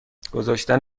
گذاشتن